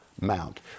Mount